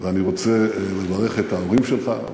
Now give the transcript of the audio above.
ואני רוצה לברך את ההורים שלך,